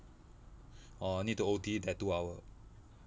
or need to O_T that two hour